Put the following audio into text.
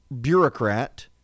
bureaucrat